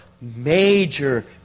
major